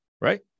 right